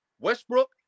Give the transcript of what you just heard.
Westbrook